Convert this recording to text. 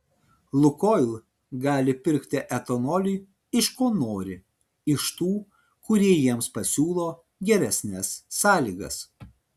lukoil gali pirkti etanolį iš ko nori iš tų kurie jiems pasiūlo geresnes sąlygas